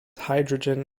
hydrogen